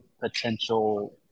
potential